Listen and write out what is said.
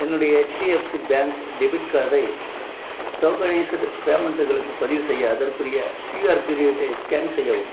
என்னுடைய HDFC bank debit கார்டை tokenised பேமெண்ட்களுக்கு பதிவுசெய்ய அதற்குரிய கியூஆர் குறியீட்டை ஸ்கேன் செய்யவும்